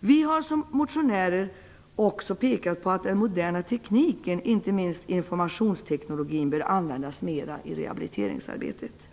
Vi motionärer har också pekat på att den moderna tekniken, inte minst informationstekniken, bör användas mer i rehabiliteringsarbetet.